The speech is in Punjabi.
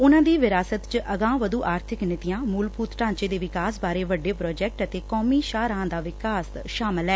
ਉਨੂਾ ਦੀ ਵਿਰਾਸਤ ਚ ਅਗਾਹ ਵਧੂ ਆਰਥਿਕ ਨੀਤੀਆਂ ਮੁਲਭੁਤ ਢਾਂਚੇ ਦੇ ਵਿਕਾਸ ਬਾਰੇ ਵੱਡੇ ਪ੍ਰੋਜੈਕਟ ਅਤੇ ਕੌਮੀ ਸ਼ਾਹਰਾਹਾਂ ਦਾ ਵਿਕਾਸ ਸ਼ਾਮਲ ਐ